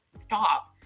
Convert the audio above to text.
stop